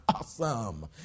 Awesome